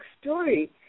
story